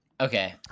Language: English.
okay